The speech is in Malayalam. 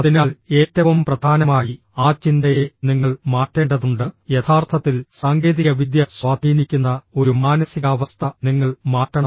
അതിനാൽ ഏറ്റവും പ്രധാനമായി ആ ചിന്തയെ നിങ്ങൾ മാറ്റേണ്ടതുണ്ട് യഥാർത്ഥത്തിൽ സാങ്കേതികവിദ്യ സ്വാധീനിക്കുന്ന ഒരു മാനസികാവസ്ഥ നിങ്ങൾ മാറ്റണം